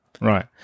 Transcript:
right